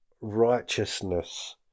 righteousness